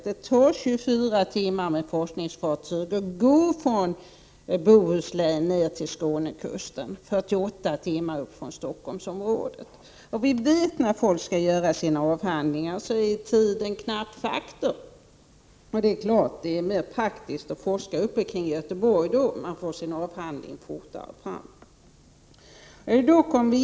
Det tar 24 timmar för ett forskningsfartyg att gå från Bohuslän ner till Skånekusten, 48 timmar från Stockholmsområdet. Vi vet ju att tiden är knapp när forskarna skall göra sina avhandlingar. Då är det klart att det är praktiskt att forska nere kring Göteborg, för då får man fram sina avhandlingar fortare.